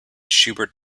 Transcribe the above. schubert